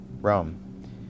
Rome